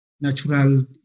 natural